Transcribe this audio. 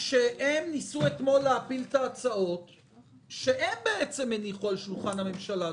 שהם ניסו אתמול להפיל את ההצעות שבעצם הם הניחו על שולחן הממשלה.